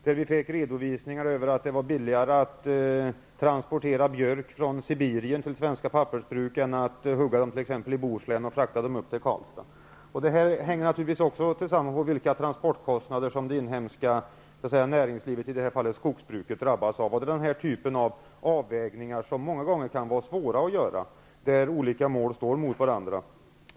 Där sade man att det är billigare att transportera björk från Sibirien till svenska pappersbruk än att hugga björkarna i Bohuslän och frakta dem upp till Karlstad. Detta visar vilka transportkostnader som det inhemska näringslivet -- i det här fallet skogsbruket -- drabbas av. Här blir det också fråga om en avvägning, som många gånger kan vara svår att göra, där olika mål står mot varandra.